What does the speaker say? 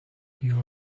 your